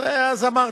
אז אמרתי.